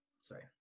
sorry